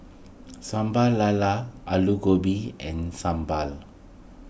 Sambal Lala Aloo Gobi and Sambal